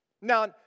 Now